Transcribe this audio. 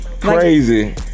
crazy